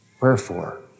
Wherefore